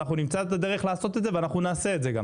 נמצא את הדרך לעשות את זה וגם נעשה את זה.